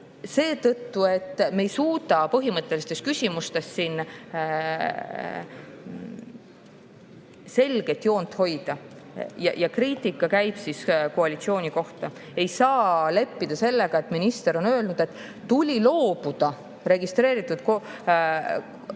seetõttu, et me ei suuda põhimõttelistes küsimustes selget joont hoida. Kriitika käib koalitsiooni kohta. Ei saa leppida sellega, et minister on öelnud, et tuli loobuda registreeritud kooselu